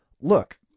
look